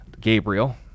Gabriel